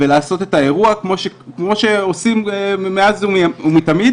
ולעשות את האירוע כמו שעושים מאז ומתמיד.